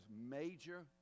major